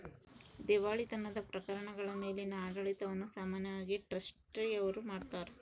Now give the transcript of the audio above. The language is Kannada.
ದಿವಾಳಿತನದ ಪ್ರಕರಣಗಳ ಮೇಲಿನ ಆಡಳಿತವನ್ನು ಸಾಮಾನ್ಯವಾಗಿ ಟ್ರಸ್ಟಿ ಅವ್ರು ಮಾಡ್ತಾರ